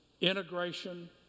integration